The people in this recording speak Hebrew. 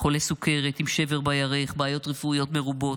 חולה סוכרת, עם שבר בירך, בעיות רפואיות מרובות,